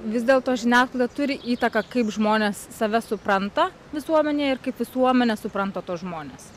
vis dėlto žiniasklaida turi įtaką kaip žmonės save supranta visuomenėje ir kaip visuomenė supranta tuos žmones